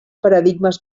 paradigmes